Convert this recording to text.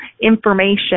information